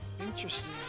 Interesting